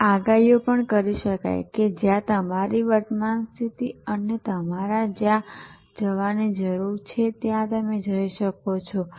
તેથી આગાહીઓ પણ કરી શકાય છે કે જ્યાં તમારી વર્તમાન સ્થિતિ અને તમારે જ્યાં જવાની જરૂર છે ત્યાં તમે જ્યાં જઈ શકો છો